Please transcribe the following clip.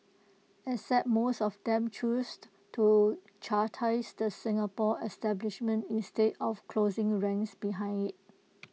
except most of them chose to chastise the Singapore establishment instead of 'closing ranks' behind IT